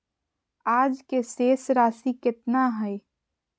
आज के शेष राशि केतना हइ?